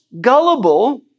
gullible